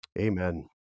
Amen